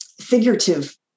figurative